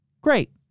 great